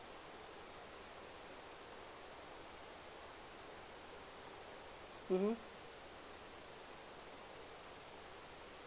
mmhmm